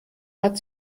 hat